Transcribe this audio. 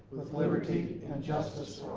with liberty and justice